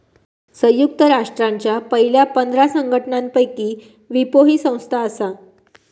संयुक्त राष्ट्रांच्या पयल्या पंधरा संघटनांपैकी विपो ही संस्था आसा